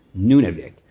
Nunavik